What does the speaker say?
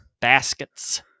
baskets